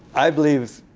i believe